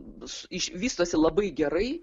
iš vystosi labai gerai